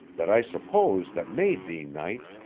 that i suppose that made thee knight,